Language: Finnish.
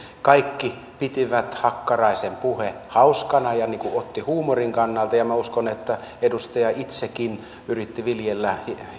kaikki pitivät hakkaraisen puhetta hauskana ja ottivat huumorin kannalta ja minä uskon että edustaja itsekin yritti viljellä